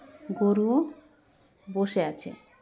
ᱜᱚᱨᱩᱳ ᱵᱚᱥᱮ ᱟᱪᱷᱮ